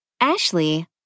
Ashley